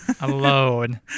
Alone